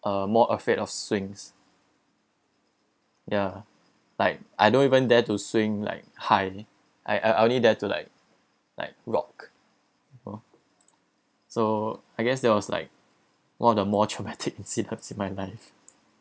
uh more afraid of swings ya like I don't even dare to swing like high I I only dare to like like rock you know so I guess that was like one of the more traumatic incidents in my life